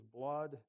blood